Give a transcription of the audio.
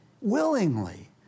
willingly